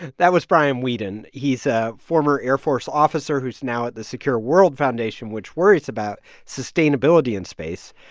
that was brian weeden. he's a former air force officer who's now at the secure world foundation, which worries about sustainability in space.